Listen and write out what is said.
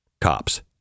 cops